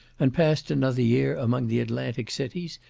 and passed another year among the atlantic cities,